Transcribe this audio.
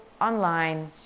online